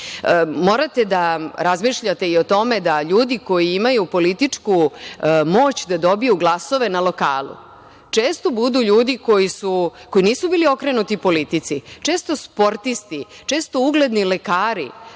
Morate da razmišljate i o tome da ljudi koji imaju političku moć da dobiju glasove na lokalu često budu ljudi koji nisu bili okrenuti politici, često sportisti, često ugledni lekari,